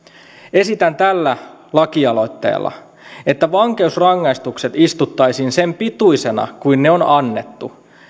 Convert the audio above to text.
esitän tällä lakialoitteella että vankeusrangaistukset istuttaisiin sen pituisena kuin ne on annettu